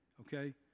okay